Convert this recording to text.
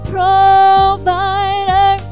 Provider